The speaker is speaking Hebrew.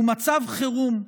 למצב חירום,